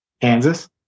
Kansas